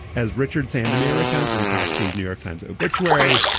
as richard sandomir accounts and cox's new york times obituary.